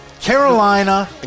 Carolina